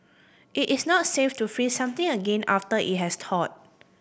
it is not safe to freeze something again after it has thawed